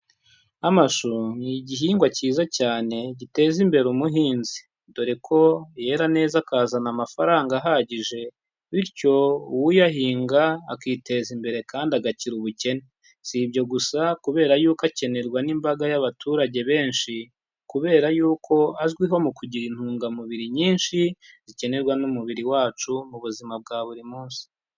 amashu ni igihingwa cyiza cyane giteza imbere umuhinzi. Dore ko yera neza akazana amafaranga ahagije. Bityo uyahinga akiteza imbere kandi agakira ubukene. Si ibyo gusa kubera yuko akenerwa n'imbaga y'abaturage benshi, kubera yuko azwiho mu kugira intungamubiri nyinshi zikenerwa n'umubiri wacu, mu buzima bwa buri munsi.